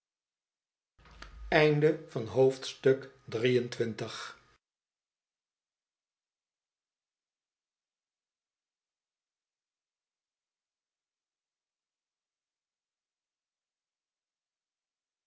van het eerste